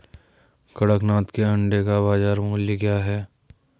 कड़कनाथ के अंडे का बाज़ार मूल्य क्या है?